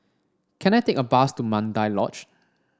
can I take a bus to Mandai Lodge